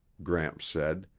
gramps said.